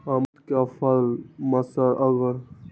अमरुद क फल म अगर सरने लगे तब की करब?